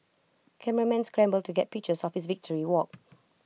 cameramen scramble to get pictures victory walk